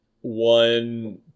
one